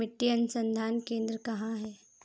मिट्टी अनुसंधान केंद्र कहाँ है?